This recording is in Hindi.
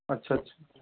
अच्छा अच्छा